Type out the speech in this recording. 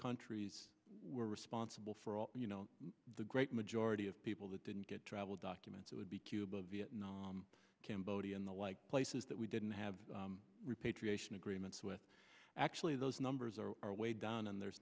countries were responsible for all you know the great majority of people that didn't get travel documents it would be cuba vietnam cambodia and the like places that we didn't have repatriation agreements with actually those numbers are way down and there's